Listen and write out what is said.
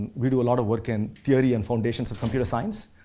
we do a lot of work in theory and foundations of computer science,